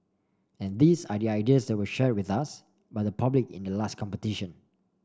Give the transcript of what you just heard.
and these are the ideas that were shared with us by the public in the last competition